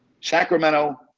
Sacramento